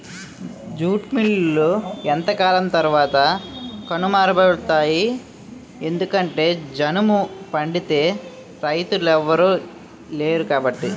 jute మిల్లులు కొంతకాలం తరవాత కనుమరుగైపోతాయి ఎందుకంటె జనుము పండించే రైతులెవలు లేరుకాబట్టి